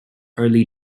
early